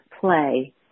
play